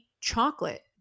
chocolate